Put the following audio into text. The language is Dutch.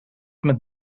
met